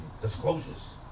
disclosures